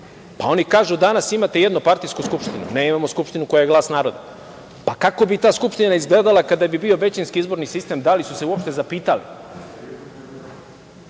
kažu - danas imate jednopartijsku Skupštinu. Ne, imamo Skupštinu koja je glas naroda. Pa, kako bi ta Skupština izgledala kada bi bio većinski izborni sistem, da li su se uopšte zapitali? Sa